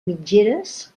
mitgeres